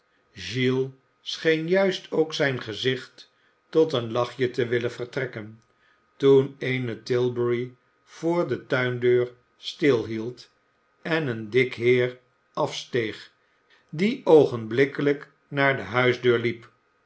scheen juist ook zijn gezicht tot een lachje te willen vertrekken toen eene tilbury voor de tuindeur stilhield en een dik heer afsteeg die oogenblikkelijk naar de huisdeur liep